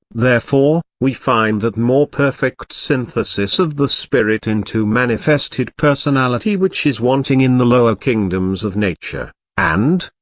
therefore, we find that more perfect synthesis of the spirit into manifested personality which is wanting in the lower kingdoms of nature, and,